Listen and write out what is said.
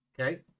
okay